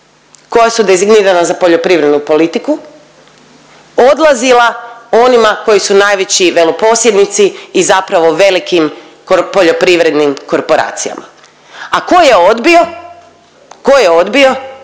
koja su designirana za poljoprivrednu politiku odlazila onima koji su najveći veleposjednici i zapravo velikim poljoprivrednim korporacijama. A ko je odbio, ko je odbio?